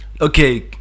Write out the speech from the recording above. okay